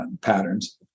patterns